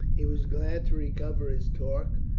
he was glad to recover his torque,